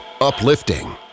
uplifting